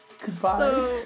goodbye